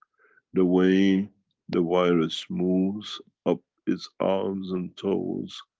the way the virus moves up his arms and toes,